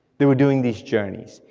they were doing these journeys.